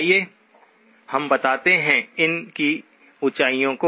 आइए हम बताते हैं इन की ऊंचाइयों को